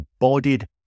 embodied